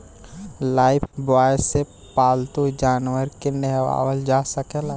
Lifebuoy से पाल्तू जानवर के नेहावल जा सकेला